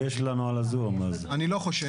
ידעו איך,